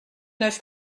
neuf